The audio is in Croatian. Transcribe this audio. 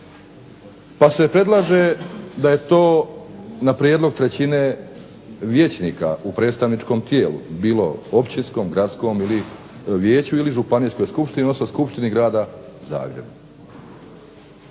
Pa se predlaže da je to na prijedlog trećine vijećnika u predstavničkom tijelu, bilo općinskom, gradskom vijeću ili županijskoj skupštini, odnosno Skupštini Grada Zagreba.